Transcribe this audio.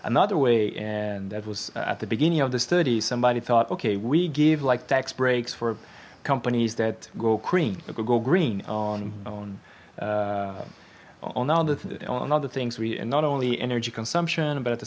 another way and that was at the beginning of the study somebody thought okay we give like tax breaks for companies that go cream local go green on now that other things we not only energy consumption but at the